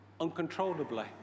uncontrollably